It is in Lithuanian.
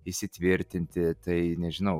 įsitvirtinti tai nežinau